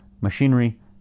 machinery